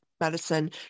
medicine